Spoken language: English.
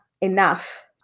enough